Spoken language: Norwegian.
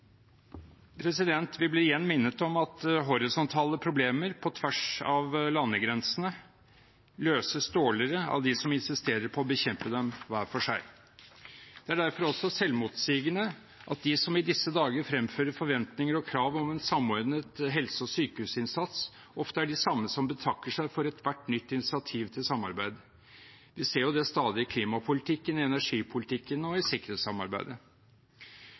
Vi blir igjen minnet om at horisontale problemer på tvers av landegrensene løses dårligere av de som insisterer på å bekjempe dem hver for seg. Det er derfor også selvmotsigende at de som i disse dager fremfører forventninger og krav om en samordnet helse- og sykehusinnsats, ofte er de samme som betakker seg for ethvert nytt initiativ til samarbeid. Vi ser det stadig i klimapolitikken, i energipolitikken og i sikkerhetssamarbeidet.